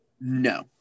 No